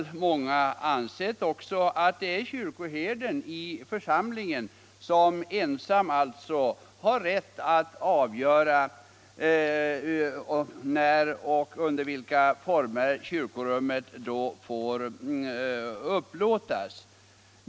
Många anser att det av hävd är kyrkoherden i församlingen som ensam har rätt att avgöra när och under vilka former kyrkorummet skall upplåtas.